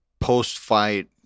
post-fight